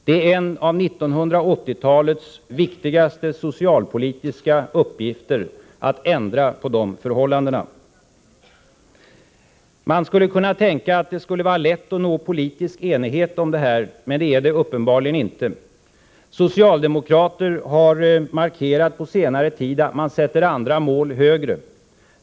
Det är en av 1980-talets viktigaste socialpolitiska uppgifter att ändra på dessa förhållanden. Man skulle kunna tänka sig att det skulle vara lätt att nå politisk enighet om detta, men det är det uppenbarligen inte. Socialdemokrater har markerat på senare tid att man sätter andra mål högre.